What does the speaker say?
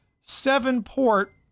seven-port